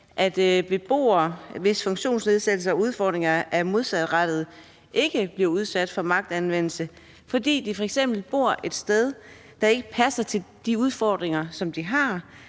at beboere, hvis funktionsnedsættelse og udfordringer er modsatrettede, ikke bliver udsat for magtanvendelse, fordi de f.eks. bor et sted, der ikke passer til de udfordringer, som de har.